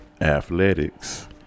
Athletics